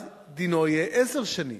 זה יהיה 15 שנים.